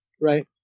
Right